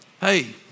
hey